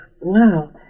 wow